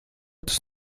tas